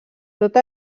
tot